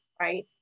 right